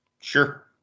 Sure